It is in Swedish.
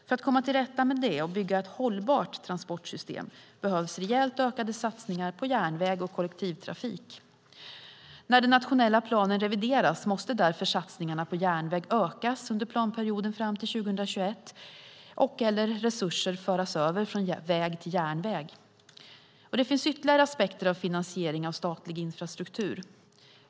För att komma till rätta med det och bygga ett hållbart transportsystem behövs rejält ökade satsningar på järnväg och kollektivtrafik. När den nationella planen revideras måste därför satsningarna på järnväg ökas under planperioden fram till 2021 eller resurser föras över från väg till järnväg. Det finns ytterligare aspekter på finansiering av statlig infrastruktur.